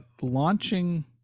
launching